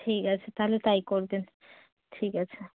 ঠিক আছে তাহলে তাই করবেন ঠিক আছে